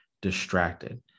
distracted